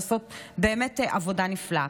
עושות באמת עבודה נפלאה.